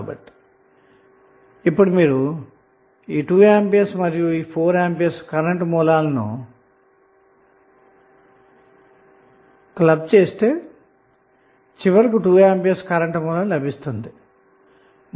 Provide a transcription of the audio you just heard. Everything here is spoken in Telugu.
కాబట్టి ఇప్పుడు మీరు 2A మరియు 4A కరెంటు సోర్స్ లను క్లబ్ చేస్తే చివరకు 2A ఆంపియర్ కరెంటు సోర్స్ లభిస్తుంది